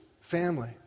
Family